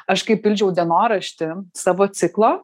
aš kai pildžiau dienoraštį savo ciklo